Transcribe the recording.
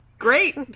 great